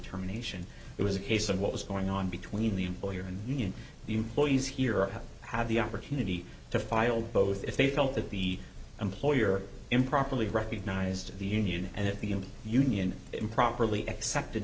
termination it was a case of what was going on between the lawyer and the employees here have the opportunity to file both if they felt that the employer improperly recognized the union and that the union improperly accepted